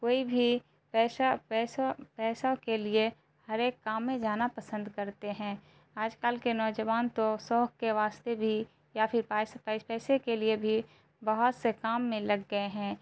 کوئی بھی پیسہ پیسہ پیسوں کے لیے ہر ایک کام میں جانا پسند کرتے ہیں آج کل کے نوجوان تو شوق کے واسطے بھی یا پھر پیسے کے لیے بھی بہت سے کام میں لگ گئے ہیں